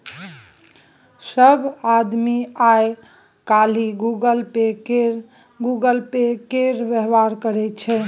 सभ आदमी आय काल्हि गूगल पे केर व्यवहार करैत छै